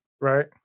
Right